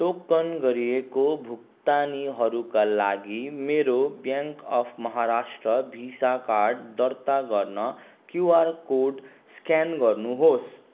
token गरिएको भुक्तानीहरूका लागि मेरो bank of Maharashtra visa card दर्ता गर्न क्युआर कोड स्क्यान गर्नुहोस्